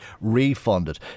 refunded